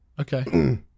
Okay